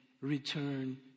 return